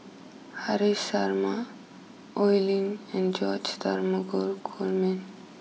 Haresh Sharma Oi Lin and George Dromgold Coleman